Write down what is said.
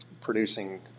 producing